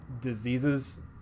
diseases